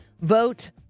Vote